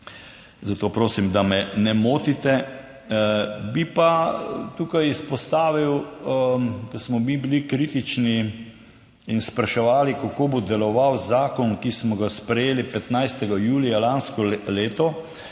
Zato prosim, da me ne motite! Bi pa tukaj izpostavil, ko smo mi bili kritični in spraševali kako bo deloval zakon, ki smo ga sprejeli 15. julija lansko leto: